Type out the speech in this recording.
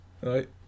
right